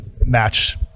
match